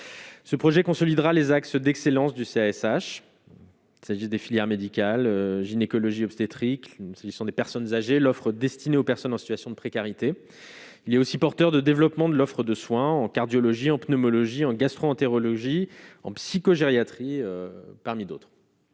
Ce projet consolidera les axes d'excellence du CLSH s'agisse des filières médicale, gynécologie obstétrique, ce sont des personnes âgées, l'offre destinée aux personnes en situation de précarité, il y a aussi porteur de développement de l'offre de soins en cardiologie en pneumologie en gastro-entérologie, en psychogériatrie parmi d'autres,